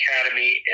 Academy